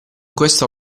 questo